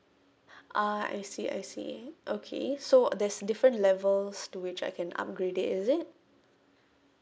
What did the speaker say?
ah I see I see okay so there's different levels to which I can upgrade it is it